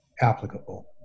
applicable